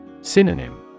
Synonym